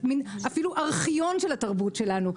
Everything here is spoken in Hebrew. אפילו ארכיון של התרבות שלנו,